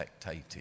spectating